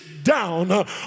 down